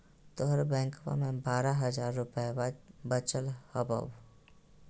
तोहर बैंकवा मे बारह हज़ार रूपयवा वचल हवब